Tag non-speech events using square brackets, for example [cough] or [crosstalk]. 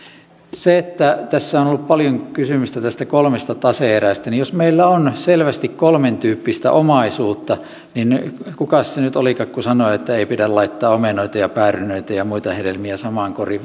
tässä on ollut paljon kysymystä näistä kolmesta tase erästä niin jos meillä on selvästi kolmentyyppistä omaisuutta niin kukas se nyt olikaan joka sanoi että ei pidä laittaa omenoita ja päärynöitä ja muita hedelmiä samaan koriin [unintelligible]